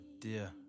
dear